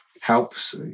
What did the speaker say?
helps